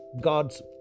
God's